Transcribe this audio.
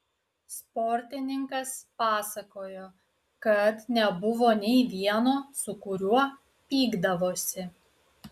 sportininkas pasakojo kad nebuvo nei vieno su kuriuo pykdavosi